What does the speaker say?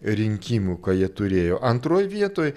rinkimų ką jie turėjo antroj vietoj